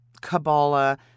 Kabbalah